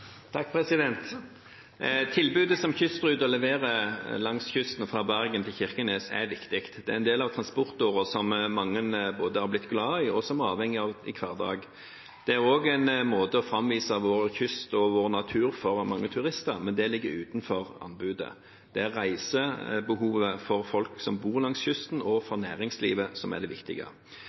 langs kysten fra Bergen til Kirkenes er viktig. Det er en del av en transportåre som mange både har blitt glad i og er avhengig av i hverdagen. Det er også en måte å vise fram vår kyst og vår natur på for mange turister, men det ligger utenfor anbudet. Reisebehovet for folk som bor langs kysten og for næringslivet er det viktige.